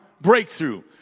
breakthrough